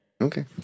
Okay